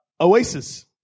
Oasis